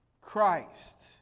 Christ